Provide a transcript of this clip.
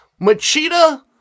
Machida